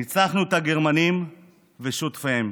ניצחנו את הגרמנים ושותפיהם.